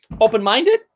open-minded